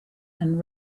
and